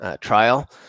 trial